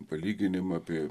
palyginimą apie